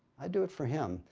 i'd do it for him.